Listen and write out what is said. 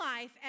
life